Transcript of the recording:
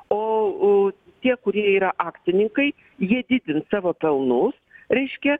o tie kurie yra akcininkai jie didins savo pelnus reiškia